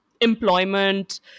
employment